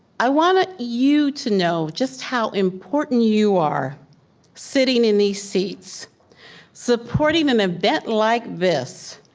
i wanted you to know just how important you are sitting in these seats supporting an event like this,